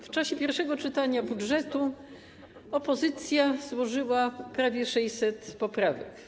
W czasie pierwszego czytania projektu budżetu opozycja złożyła prawie 600 poprawek.